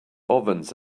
ovens